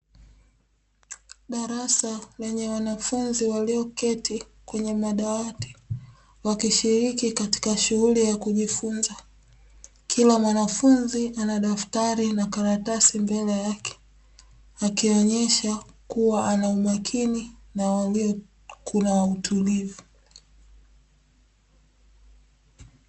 Darasa lenye wanafunzi walioketi kwenye madawati, wakishiriki katika shughuli ya kujifunza, kila mwanafunzi ana daftari na karatasi mbele yake akionyesha kuwa ana umakini na kuna utulivu.